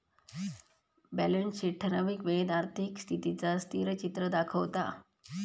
balance sheet ठरावीक वेळेत आर्थिक स्थितीचा स्थिरचित्र दाखवता